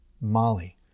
Molly